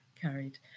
carried